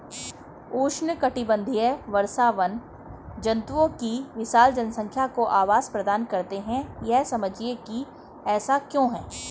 उष्णकटिबंधीय वर्षावन जंतुओं की विशाल जनसंख्या को आवास प्रदान करते हैं यह समझाइए कि ऐसा क्यों है?